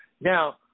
Now